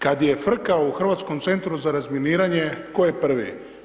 Kad je frka u Hrvatskom centru za razminiranje, tko je prvi?